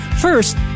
First